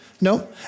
No